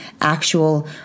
actual